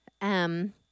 um-